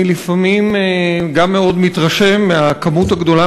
אני לפעמים מאוד מתרשם מהכמות הגדולה,